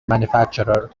manufacturer